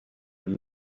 uyu